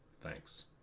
Thanks